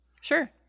Sure